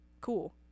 cool